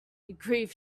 grief